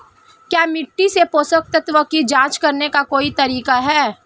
क्या मिट्टी से पोषक तत्व की जांच करने का कोई तरीका है?